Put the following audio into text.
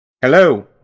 Hello